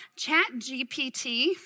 ChatGPT